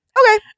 Okay